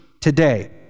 today